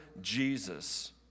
Jesus